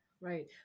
Right